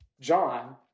John